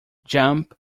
jump